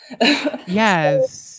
yes